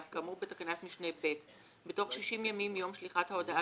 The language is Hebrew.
כאמור בתקנת משנה (ב) בתוך 60 ימים מיום שליחת ההודעה